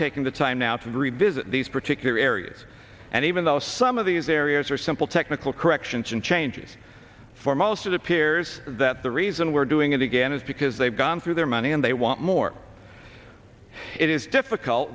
taking the time now to revisit these particular areas and even though some of these areas are simple technical corrections and changes for most of the peers that the reason we're doing it again is because they've gone through their money and they want more it is difficult